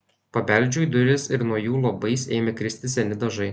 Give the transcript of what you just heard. pabeldžiau į duris ir nuo jų luobais ėmė kristi seni dažai